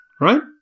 Right